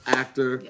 actor